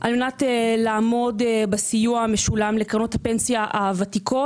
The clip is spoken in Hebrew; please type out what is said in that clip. על מנת לעמוד בסיוע המשולם לקרנות הפנסיה הוותיקות,